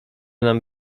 nam